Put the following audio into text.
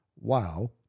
wow